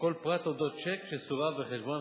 כל פרט על אודות צ'ק שסורב בחשבון,